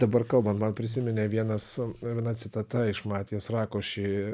dabar kalbant man prisiminė vienas viena citata iš matijos rakoši